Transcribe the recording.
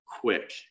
quick